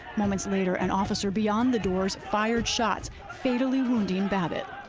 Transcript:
moments later, an officer beyond the doors fired shots, fatally wounding babbitt.